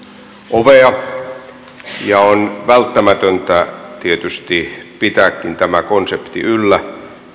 ovea ja on välttämätöntä tietysti pitääkin tämä konsepti yllä